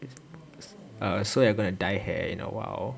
err so you're going to dye hair in a while